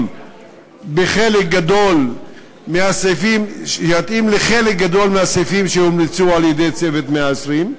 לחלק גדול מהסעיפים שהומלצו על-ידי "צוות 120 הימים",